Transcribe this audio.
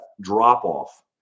drop-off